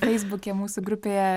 feisbuke mūsų grupėje